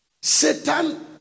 Satan